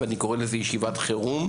ואני קורא לזה ישיבת חירום,